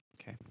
Okay